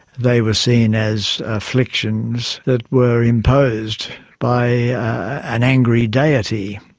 they were seen as afflictions that were imposed by an angry deity.